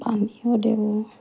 পানীও দিওঁ